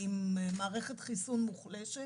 עם מערכת חיסון מוחלשת